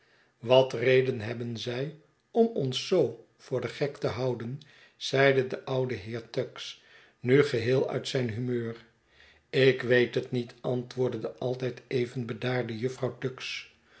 wat reden hebben zij om ons zoo voor den gek te houden zeide de oude heer tuggs nu geheel uit zijn humeur ik weet het niet antwoordde de altyd even bedaarde jufvrouw tuggs